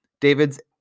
David's